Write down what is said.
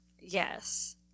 Yes